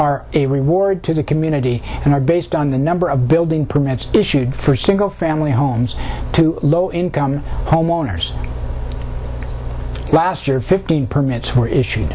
are a reward to the community and are based on the number of building permits issued for single family homes to low income homeowners last year fifteen permits were issue